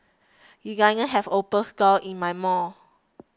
designers have opened stores in my mall